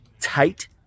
tight